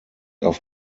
auf